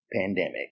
pandemic